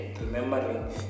remembering